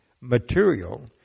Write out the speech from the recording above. material